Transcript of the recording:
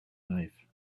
knife